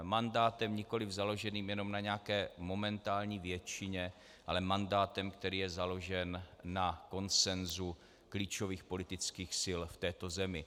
Mandátem nikoliv založeným jenom na nějaké momentální většině, ale mandátem, který je založen na konsenzu klíčových politických sil v této zemi.